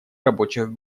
рабочих